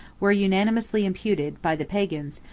were unanimously imputed, by the pagans,